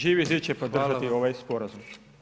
Živi zid će podržati ovaj sporazum.